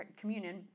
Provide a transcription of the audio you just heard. communion